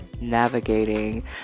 navigating